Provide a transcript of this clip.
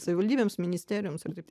savivaldybėms ministerijoms ir taip